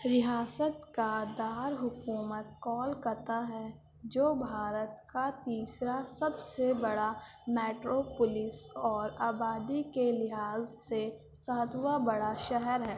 ریاست کا دار الحکومت کولکتہ ہے جو بھارت کا تیسرا سب سے بڑا میٹرو پولس اور آبادی کے لحاظ سے ساتواں بڑا شہر ہے